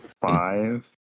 five